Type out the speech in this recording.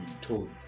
told